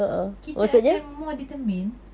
kita akan more determined